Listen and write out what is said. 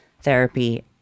therapy